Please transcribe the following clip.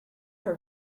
her